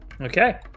Okay